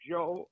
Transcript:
Joe